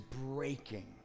breaking